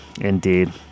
indeed